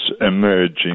emerging